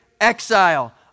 exile